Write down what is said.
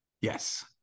Yes